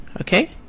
okay